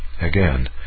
Again